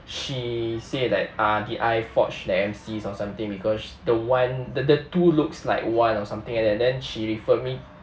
she say like uh did I forged the M_C's or something because the one the the two looks like one or something like that then she referred me